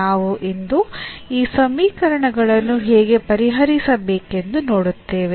ನಾವು ಇಂದು ಈ ಸಮೀಕರಣಗಳನ್ನು ಹೇಗೆ ಪರಿಹರಿಸಬೇಕೆಂದು ನೋಡುತ್ತೇವೆ